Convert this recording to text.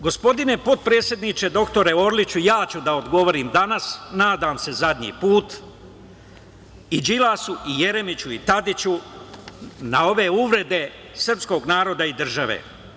Gospodine potpredsedniče, doktore Orliću, ja ću da odgovorim danas, nadam se zadnji put i Đilasu i Jeremiću i Tadiću na ove uvrede srpskog naroda i države.